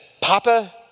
Papa